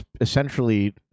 essentially